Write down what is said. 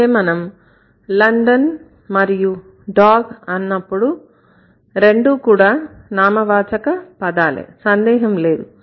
అయితే మనం London మరియు dog అన్నప్పుడు రెండు కూడా నామవాచక పదాలే సందేహం లేదు